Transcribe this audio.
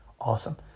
awesome